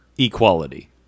Equality